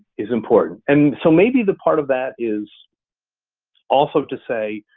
is important. and so maybe the part of that is also to say,